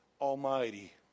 Almighty